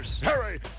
Harry